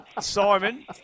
Simon